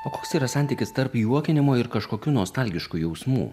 o koks yra santykis tarp juokinimo ir kažkokių nostalgiškų jausmų